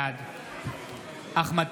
בעד אחמד